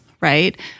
right